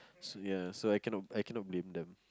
so ya so I cannot I cannot blame them